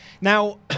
Now